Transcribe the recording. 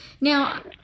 now